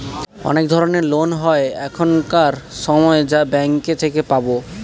অনেক ধরনের লোন হয় এখানকার সময় যা ব্যাঙ্কে থেকে পাবো